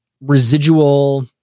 residual